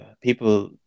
people